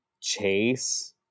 Chase